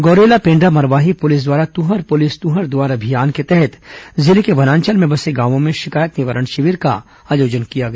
Gaurela Pendra Marwahi police द्वारा तुंहर police तुंहर दुआर अभियान के तहत जिले के वनांचल में बसे गांवों में शिकायत निवारण शिविर का आयोजन किया गया